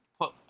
put